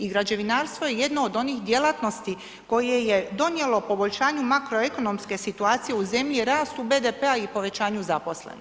I građevinarstvo je jedno od onih djelatnosti koje je donijelo poboljšanju makroekonomske situacije u zemlji i rastu BDP-a i povećanju zaposlenosti.